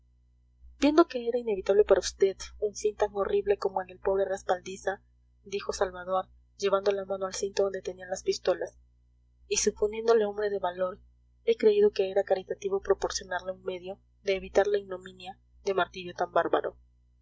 viendo que era inevitable para vd un fin tan horrible como el del pobre respaldiza dijo salvador llevando la mano al cinto donde tenía las pistolas y suponiéndole hombre de valor he creído que era caritativo proporcionarle un medio de evitar la ignominia de martirio tan bárbaro